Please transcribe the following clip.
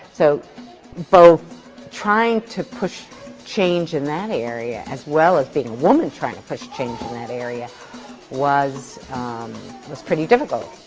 so both trying to push change in that area as well as being a woman trying to push change in that area was was pretty difficult.